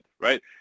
right